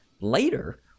later